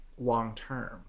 long-term